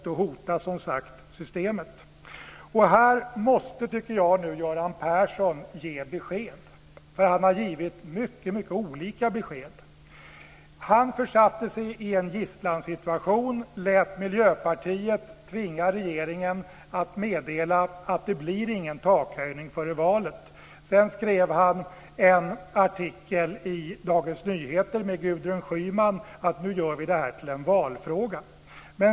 Då hotas systemet. Här måste Göran Persson ge besked. Han har givit olika besked. Han försatte sig i en gisslansituation och lät Miljöpartiet tvinga regeringen att meddela att det inte blir någon takhöjning före valet. Sedan skrev han tillsammans med Gudrun Schyman i en artikel i Dagens Nyheter att detta skulle göras till en valfråga.